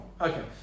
Okay